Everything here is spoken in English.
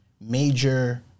major